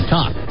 Talk